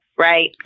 Right